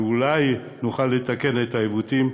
ואולי נוכל לתקן את העיוותים.